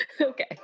Okay